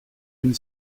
une